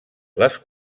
les